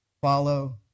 Follow